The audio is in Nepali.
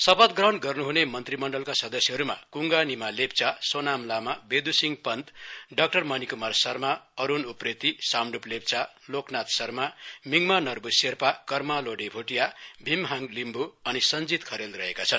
शपथ ग्रहण गर्न् हुने मन्त्रीमण्डलका सदस्यहरूमा कुंगा निमा लेप्चा सोनाम लामा वेदुसिंह पन्त डाक्टर मणि कुमार शर्मा अरूण उप्रेती सामडुप लेप्चा लोकनाथ शर्मा मिङ्मा नर्बु शेर्पा कर्मा लोडे भोटिया भीम हाङ लिम्बु अनि सञ्जीत खरेल रहेका छन्